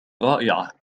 رائعة